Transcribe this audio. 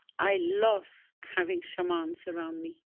i love having shamans around me